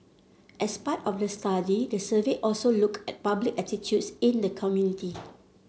as part of the study the survey also looked at public attitudes in the community